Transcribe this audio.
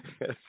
Yes